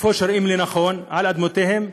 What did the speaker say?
שהם רואים לנכון על אדמותיהם,